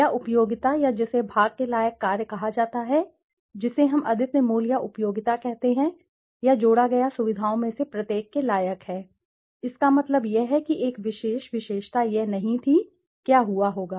या उपयोगिता या जिसे भाग के लायक कार्य कहा जाता है जिसे हम अद्वितीय मूल्य या उपयोगिता कहते हैं या जोड़ा गया सुविधाओं में से प्रत्येक के लायक है इसका मतलब यह है कि एक विशेष विशेषता यह नहीं थी क्या हुआ होगा